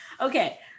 Okay